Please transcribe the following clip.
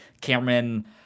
Cameron